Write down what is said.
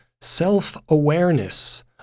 self-awareness